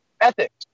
ethics